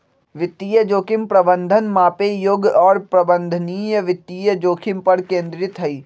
वित्तीय जोखिम प्रबंधन मापे योग्य और प्रबंधनीय वित्तीय जोखिम पर केंद्रित हई